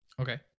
okay